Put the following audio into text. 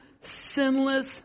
sinless